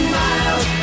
miles